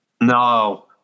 No